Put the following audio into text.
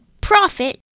profit